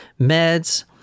meds